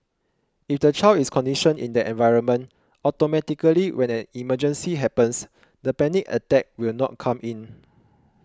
if the child is conditioned in that environment automatically when an emergency happens the panic attack will not come in